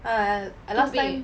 I I last time